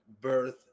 birth